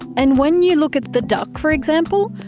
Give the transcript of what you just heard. and when you look at the duck, for example,